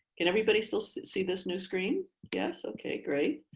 can everybody still see this new screen? yes. okay, great.